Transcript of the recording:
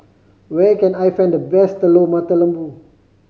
where can I find the best Telur Mata Lembu